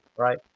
Right